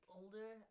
Older